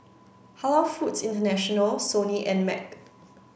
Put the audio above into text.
Halal Foods International Sony and Mac